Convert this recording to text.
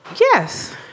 Yes